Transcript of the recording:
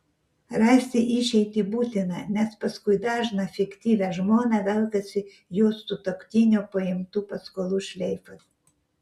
rasti išeitį būtina nes paskui dažną fiktyvią žmoną velkasi jos sutuoktinio paimtų paskolų šleifas